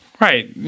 Right